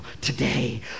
today